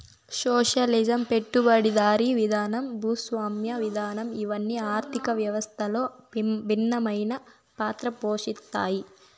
socialism పెట్టుబడిదారీ విధానం భూస్వామ్య విధానం ఇవన్ని ఆర్థిక వ్యవస్థలో భిన్నమైన పాత్ర పోషిత్తాయి